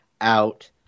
out